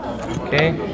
Okay